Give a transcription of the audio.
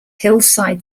hillside